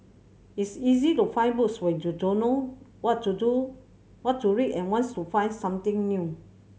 it's easy to find books when you don't know what to do what to read and wants to find something new